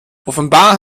offenbar